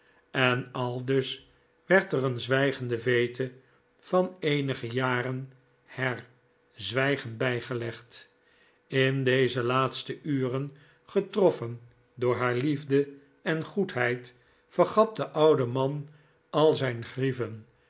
en aldus werd er een zwijgende veete van eenige jaren her zwijgend bijgelegd in deze laatste uren getroffen door haar liefde en goedheid vergat de oude man al zijn grieven